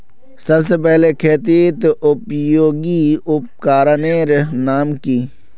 सबसे पहले खेतीत उपयोगी उपकरनेर नाम की?